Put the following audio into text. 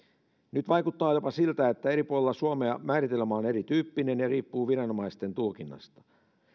nyt vaikuttaa jopa siltä että eri puolilla suomea määritelmä on erityyppinen ja riippuu viranomaisten tulkinnasta